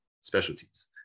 specialties